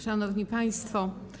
Szanowni Państwo!